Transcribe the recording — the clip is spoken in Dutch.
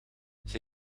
zij